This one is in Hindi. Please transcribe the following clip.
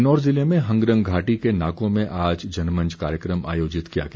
किन्नौर ज़िले में हंगरंग घाटी के नाको में आज जनमंच कार्यक्रम आयोजित किया गया